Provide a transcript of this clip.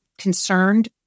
concerned